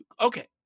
Okay